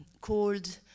called